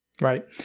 Right